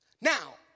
Now